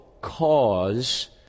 cause